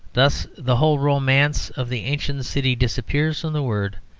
thus the whole romance of the ancient city disappears from the word,